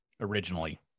originally